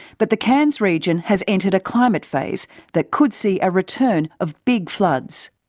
but the cairns region has entered a climate phase that could see a return of big floods.